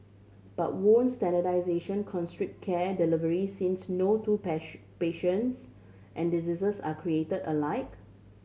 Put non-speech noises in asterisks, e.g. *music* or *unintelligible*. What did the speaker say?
but won't standardisation constrict care delivery since no two *unintelligible* patients and diseases are create alike